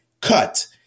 cut